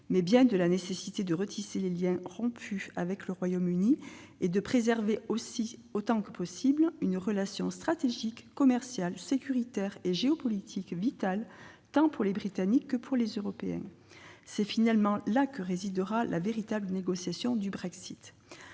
eu égard à la nécessité de retisser les liens rompus avec le Royaume-Uni et de préserver autant que possible une relation stratégique, commerciale, sécuritaire et géopolitique vitale tant pour les Britanniques que pour les Européens. C'est finalement sur cet enjeu que portera la véritable négociation du Brexit,